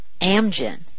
Amgen